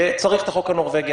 שצריך את החוק הנורווגי.